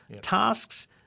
tasks